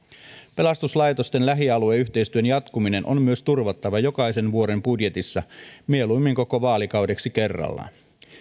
pelastuslaitosten lähialueyhteistyön jatkuminen on myös turvattava jokaisen vuoden budjetissa mieluimmin koko vaalikaudeksi kerrallaan